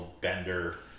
bender